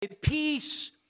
peace